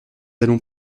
allons